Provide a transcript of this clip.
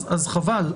אז חבל.